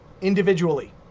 individually